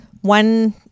one